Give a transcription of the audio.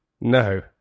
No